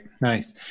Nice